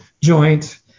joint